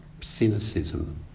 cynicism